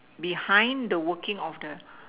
behind the working of the